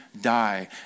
die